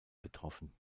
betroffen